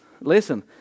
Listen